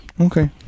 Okay